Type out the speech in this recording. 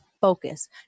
focus